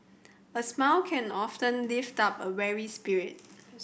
a smile can often lift up a weary spirit